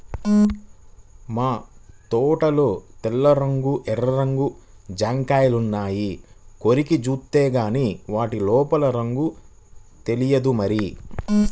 మా తోటలో తెల్ల రంగు, ఎర్ర రంగు జాంకాయలున్నాయి, కొరికి జూత్తేగానీ వాటి లోపల రంగు తెలియదు మరి